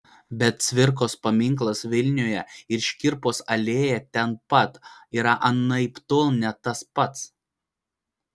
bet cvirkos paminklas vilniuje ir škirpos alėja ten pat yra anaiptol ne tas pats